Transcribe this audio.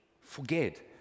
forget